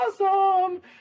awesome